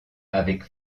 avec